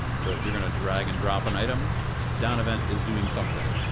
so if you're gonna drag and drop an item, the down event is doing something.